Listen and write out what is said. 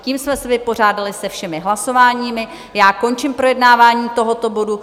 Tím jsme se vypořádali se všemi hlasováními, končím projednávání tohoto bodu.